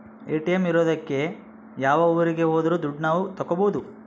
ATM ಇರೋದಕ್ಕೆ ಯಾವ ಊರಿಗೆ ಹೋದ್ರು ದುಡ್ಡು ನಾವ್ ತಕ್ಕೊಬೋದು